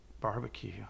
barbecue